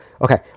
Okay